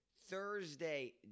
thursday